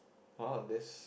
!wow! that's